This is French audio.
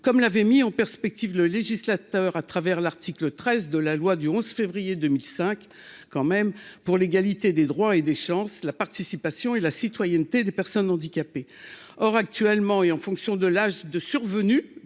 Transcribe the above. comme l'avait mis en perspective le législateur à travers l'article 13 de la loi du 11 février 2005, quand même, pour l'égalité des droits et des chances, la participation et la citoyenneté des personnes handicapées, or actuellement et en fonction de l'âge de survenue